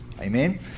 Amen